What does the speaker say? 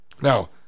Now